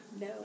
No